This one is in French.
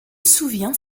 souvient